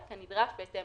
נכון.